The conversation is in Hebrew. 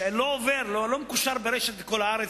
שלא עובר, לא מקושר ברשת לכל הארץ.